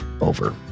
over